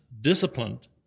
disciplined